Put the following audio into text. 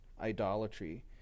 idolatry